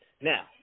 Now